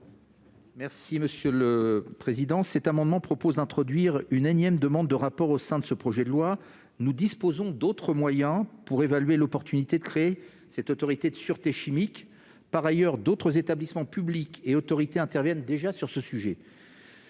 de la commission ? Cet amendement vise à introduire une énième demande de rapport au sein de ce projet de loi. Nous disposons d'autres moyens pour évaluer l'opportunité de créer cette autorité de sûreté chimique. Par ailleurs, d'autres établissements publics et autorités interviennent déjà sur ce sujet.